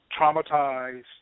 traumatized